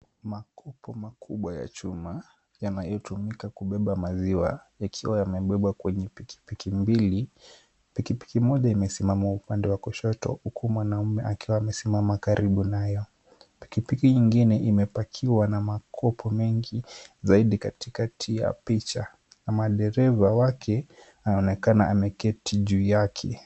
Makopo makubwa ya chuma yanayotumika kubebe maziwa yakiwa yamebebwa kwenye pikipiki mbili. Pikipiki moja imesimama upande wa kushoto huku mwanaume akiwa amesimama karibu nayo. Pikipiki ingine imepakiwa na makopo mengi zaidi katikati ya picha na madereva wake anaonekana ameketi juu yake.